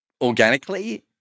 organically